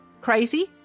crazy